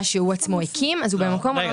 שהוא עצמו הקים אז הוא במקום הלא נכון.